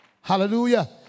Hallelujah